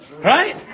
Right